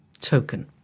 token